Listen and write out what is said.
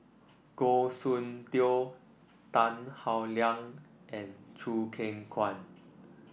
Goh Soon Tioe Tan Howe Liang and Choo Keng Kwang